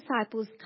disciples